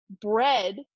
bread